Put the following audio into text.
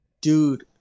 Dude